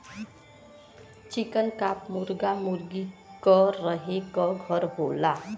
चिकन coop मुरगा मुरगी क रहे क घर होला